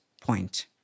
point